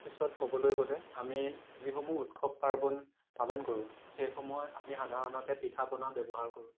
তাৰপিছত ক'বলৈ গ'লে আমি যিসমূহ উৎসৱ পাৰ্বণ পালন কৰোঁ সেইসমূহত আমি সাধাৰণতে পিঠা পনা ব্যৱহাৰ কৰোঁ